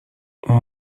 اون